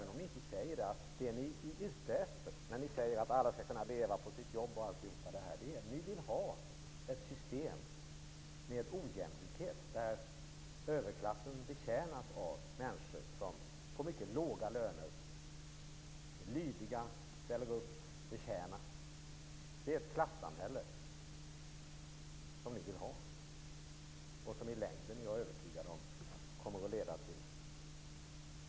När ni säger att alla skall kunna leva på sin lön osv., tror jag att ni är ute efter ett system med ojämlikhet där överklassen betjänas av människor med låga löner som är lydiga. Det är ett klassamhälle som ni vill ha.